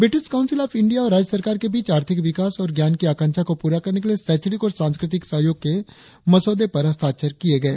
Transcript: British council of India और राज्य सरकार के बीच आर्थिक विकास और ज्ञान की आकांक्षा को पूरा करने के लिए शैक्षणिक और सांस्कृतिक सहयोग के मसौदे पर हस्तक्षर किए गए